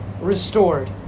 restored